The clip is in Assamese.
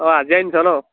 অঁ আজিহে আনিছ ন